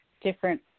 different